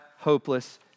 hopeless